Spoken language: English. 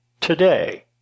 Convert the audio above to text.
today